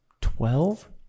Twelve